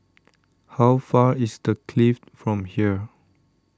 how far is the Clift from here